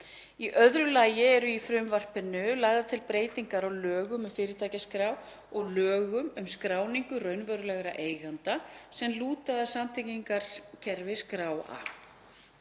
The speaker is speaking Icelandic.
Í öðru lagi eru í frumvarpinu lagðar til breytingar á lögum um fyrirtækjaskrá og lögum um skráningu raunverulegra eigenda sem lúta að samtengingarkerfi skráa.